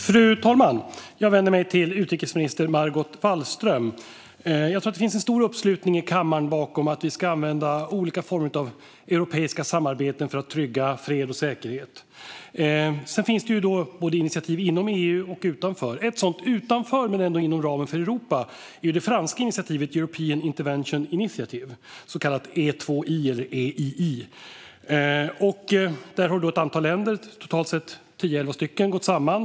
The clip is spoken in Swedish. Fru talman! Jag vänder mig till utrikesminister Margot Wallström. Jag tror att det finns en stor uppslutning i kammaren bakom att vi ska använda olika former av europeiska samarbeten för att trygga fred och säkerhet. Sedan finns det ju initiativ både inom EU och utanför. Ett utanför, men ändå inom ramen för Europa, är det franska initiativet European Intervention Initiative, EII. Där har ett antal länder, totalt tio elva stycken, gått samman.